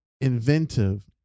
inventive